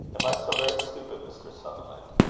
am i so very stupid, mr. sutherland?